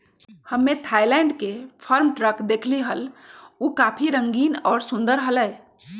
हम्मे थायलैंड के farm truck देखली हल, ऊ काफी रंगीन और सुंदर हलय